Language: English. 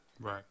right